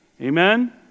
Amen